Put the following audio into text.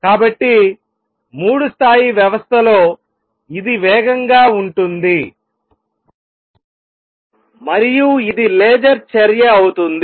కాబట్టి మూడు స్థాయి వ్యవస్థలో ఇది వేగంగా ఉంటుంది మరియు ఇది లేజర్ చర్య అవుతుంది